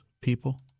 people